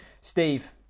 Steve